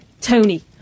Tony